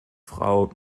frau